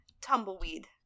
tumbleweed